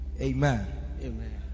Amen